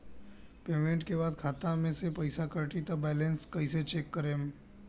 Payment के बाद खाता मे से पैसा कटी त बैलेंस कैसे चेक करेम?